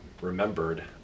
remembered